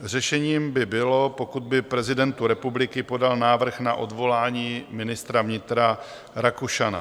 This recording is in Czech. Řešením by bylo, pokud by prezidentu republiky podal návrh na odvolání ministra vnitra Rakušana.